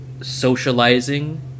Socializing